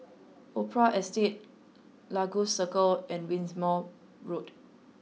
Opera Estate Lagos Circle and Wimborne Road